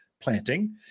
planting